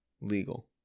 Legal